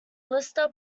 lister